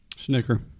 Snicker